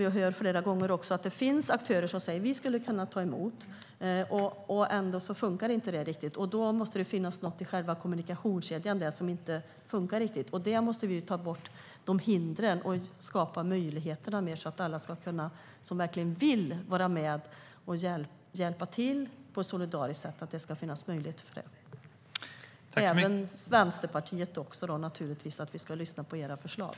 Vi hör flera gånger att det finns aktörer som säger: Vi skulle kunna ta emot. Ändå funkar det inte riktigt. Då måste det finnas något i själva kommunikationskedjan som inte riktigt funkar. Vi måste ta bort hindren och skapa möjligheter så att alla som verkligen vill vara med och hjälpa till på ett solidariskt sätt kan göra det. Vi ska naturligtvis även lyssna på Vänsterpartiets förslag.